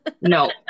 No